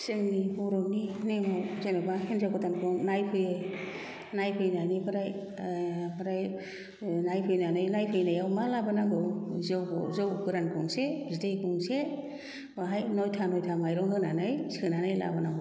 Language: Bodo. जोंनि बर'नि नेमाव जेन'बा हिनजाव गोदानखौ नायफैयो नायफैनायनिफ्राय ओमफ्राय नायफैनानै नायफैनायाव मा लाबोनांगौ जौ गोरान गंसे बिदै गंसे बाहाय नयथा नयथा मायरं होनानै सोनानै लाबोनांगौ